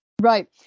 Right